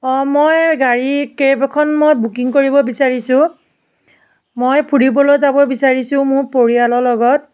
অঁ মই গাড়ী কেব এখন মই বুকিং কৰিব বিচাৰিছোঁ মই ফুৰিবলৈ যাব বিচাৰিছোঁ মোৰ পৰিয়ালৰ লগত